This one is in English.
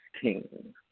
King